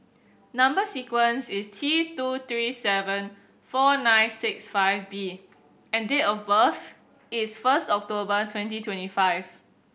number sequence is T two three seven four nine six five B and date of birth is first October twenty twenty five